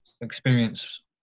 experience